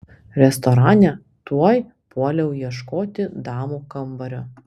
restorane tuoj puoliau ieškoti damų kambario